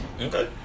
Okay